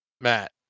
Matt